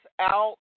out